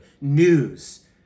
news